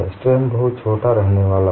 strain बहुत छोटे रहने वाला है